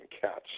cats